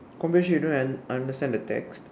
comprehension you don't un~ understand the text